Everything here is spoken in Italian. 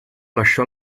lasciò